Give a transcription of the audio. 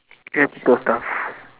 electrical stuff